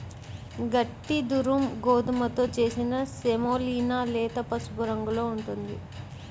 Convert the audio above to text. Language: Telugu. గట్టి దురుమ్ గోధుమతో చేసిన సెమోలినా లేత పసుపు రంగులో ఉంటుంది